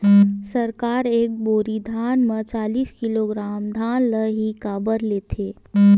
सरकार एक बोरी धान म चालीस किलोग्राम धान ल ही काबर लेथे?